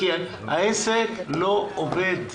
כי העסק לא עובד.